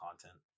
content